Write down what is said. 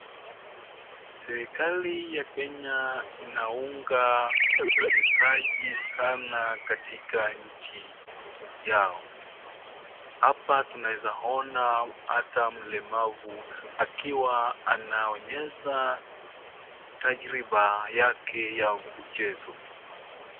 Serikali ya Kenya inaunga wachezaji sana katika nchi yao. Hapa tunaeza ona ata mlemavu akiwa anaonyesha tajriba yake ya mchezo.